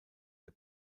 der